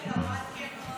של הוראה קבועה,